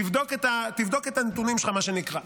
תבדוק את הנתונים שלך, מה שנקרא.